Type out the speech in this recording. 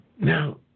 Now